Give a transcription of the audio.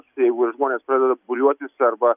tai jeigu žmonės ir pradeda pūliuotis arba